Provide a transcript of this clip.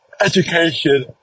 education